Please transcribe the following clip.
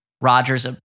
Rodgers